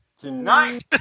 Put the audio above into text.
Tonight